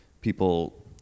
people